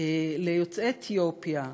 ליוצאי אתיופיה,